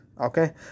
Okay